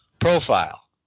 profile